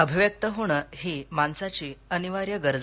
अभिव्यक्त होणं ही माणसाची अनिवार्य गरज